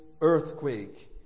earthquake